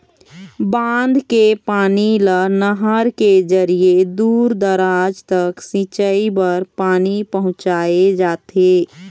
बांध के पानी ल नहर के जरिए दूर दूराज तक सिंचई बर पानी पहुंचाए जाथे